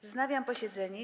Wznawiam posiedzenie.